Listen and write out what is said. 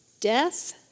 death